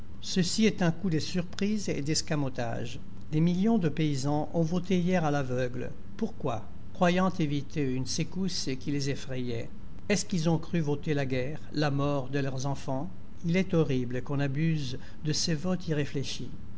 ceci est un coup de surprise et d'escamotage des millions de paysans ont voté hier à l'aveugle pourquoi croyant éviter une secousse qui les effrayait est-ce qu'ils ont cru voter la guerre la mort de leurs enfants il est horrible qu'on abuse de ce vote irréfléchi